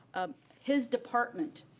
ah his department,